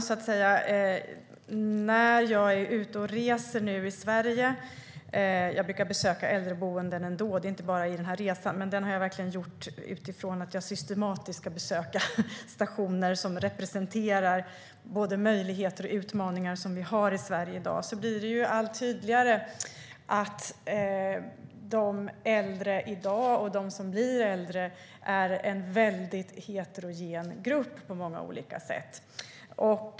Det är inte bara under den här resan som jag brukar besöka äldreboenden, men när jag nu är ute och reser i Sverige är det utifrån en vilja att systematiskt besöka stationer som representerar både möjligheter och utmaningar som vi har i Sverige i dag. Då blir det allt tydligare att de äldre i dag och de som blir äldre är en väldigt heterogen grupp på många olika sätt.